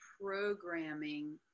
programming